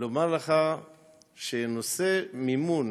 לומר לך שבנושא מימון